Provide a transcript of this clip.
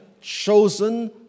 chosen